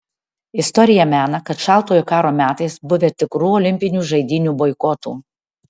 istorija mena kad šaltojo karo metais buvę tikrų olimpinių žaidynių boikotų